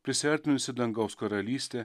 prisiartinusi dangaus karalystė